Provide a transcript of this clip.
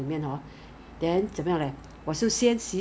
face body hand everywhere